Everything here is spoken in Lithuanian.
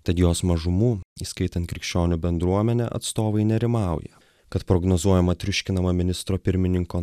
tad jos mažumų įskaitant krikščionių bendruomenę atstovai nerimauja kad prognozuojama triuškinama ministro pirmininko